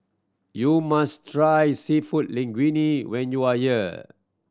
you must try Seafood Linguine when you are here